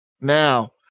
now